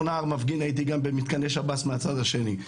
נער מפגין הייתי גם במתקני שב"ס מהצד השני,